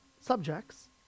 subjects